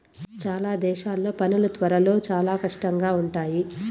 చాలా దేశాల్లో పనులు త్వరలో చాలా కష్టంగా ఉంటాయి